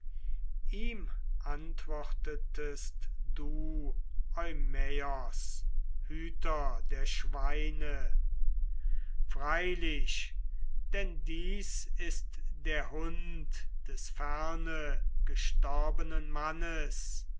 ihm antwortetest du eumaios hüter der schweine freilich denn dies ist der hund des ferne gestorbenen mannes